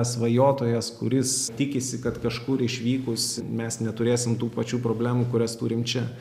svajotojas kuris tikisi kad kažkur išvykus mes neturėsim tų pačių problemų kurias turim čia